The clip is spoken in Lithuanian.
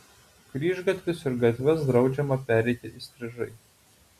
kryžgatvius ir gatves draudžiama pereiti įstrižai